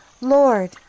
Lord